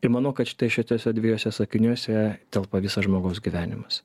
ir manau kad štai šituose dviejuose sakiniuose telpa visas žmogaus gyvenimas